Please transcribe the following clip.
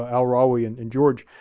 al-rawi and and george,